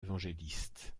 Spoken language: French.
évangélistes